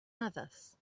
others